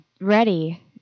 Ready